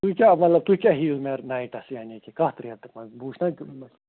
تُہۍ کیٛاہ مطلب تُہۍ کیٛاہ ہیٚیِو مےٚ نایٹَس یعنی کہِ کَتھ ریٹہٕ منٛز بہٕ وُچھٕ نا